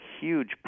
huge